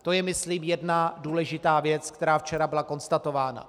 To je myslím jedna důležitá věc, která včera byla konstatována.